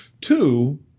Two